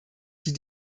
die